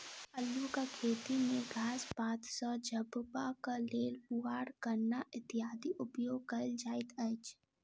अल्लूक खेती मे घास पात सॅ झपबाक लेल पुआर, कन्ना इत्यादिक उपयोग कयल जाइत अछि